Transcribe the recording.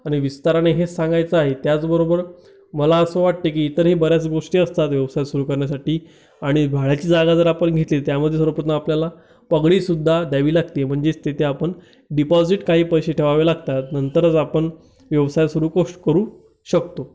आणि विस्ताराने हेच सांगायचे आहे त्याचबरोबर मला असं वाटतं की इतरही बऱ्याच गोष्टी असतात व्यवसाय सुरू करण्यासाठी आणि भाड्याची जागा जर आपण घेतली त्यामध्ये सर्वप्रथम आपल्याला पगडीसुद्धा द्यावी लागते म्हणजेच तिथे आपण डिपॉझिट काही पैसे ठेवावे लागतात नंतरच आपण व्यवसाय सुरू को करू शकतो